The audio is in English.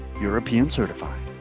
european certified.